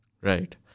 right